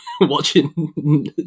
watching